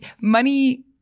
money